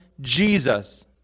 Jesus